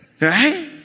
right